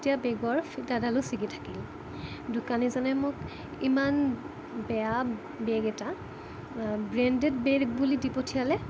তেতিয়া বেগৰ ফিটাডালো ছিগি থাকিল দোকানীজনে মোক ইমান বেয়া বেগ এটা ব্ৰেণ্ডেড বেগ বুলি দি পঠিয়ালে